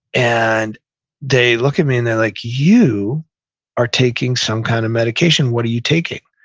and they look at me, and they're like, you are taking some kind of medication. what are you taking?